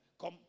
come